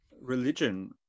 religion